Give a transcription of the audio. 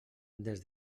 des